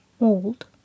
Old